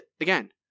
Again